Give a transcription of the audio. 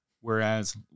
whereas